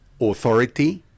authority